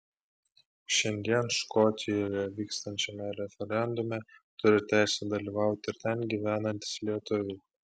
šiandien škotijoje vykstančiame referendume turi teisę dalyvauti ir ten gyvenantys lietuviai